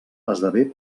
esdevé